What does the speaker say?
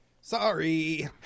Sorry